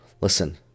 Listen